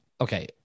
okay